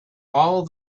all